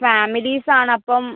families ആണ് അപ്പം